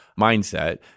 mindset